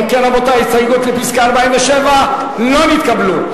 אם כן, רבותי, הסתייגות 47 לא נתקבלה.